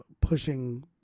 pushing